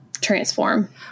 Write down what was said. transform